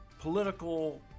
political